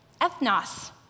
Ethnos